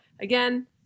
again